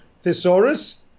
Thesaurus